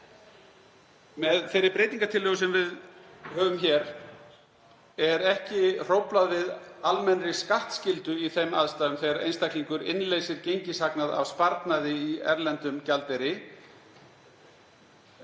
Með breytingartillögunni er ekki hróflað við almennri skattskyldu í þeim aðstæðum þegar einstaklingur innleysir gengishagnað af sparnaði í erlendum gjaldeyri.